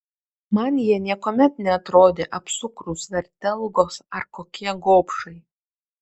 man jie niekuomet neatrodė apsukrūs vertelgos ar kokie gobšai